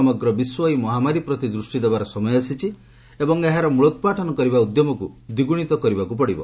ସମଗ୍ର ବିଶ୍ୱ ଏହି ମହାମାରୀ ପ୍ରତି ଦୃଷ୍ଟି ଦେବାର ସମୟ ଆସିଛି ଏବଂ ଏହାର ମୂଳୋତ୍ପାଟନ କରିବା ଉଦ୍ୟମକୁ ଦ୍ୱିଗୁଣିତ କରିବାକୁ ପଡ଼ିବ